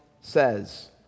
says